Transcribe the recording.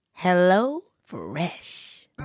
HelloFresh